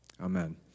Amen